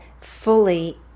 fully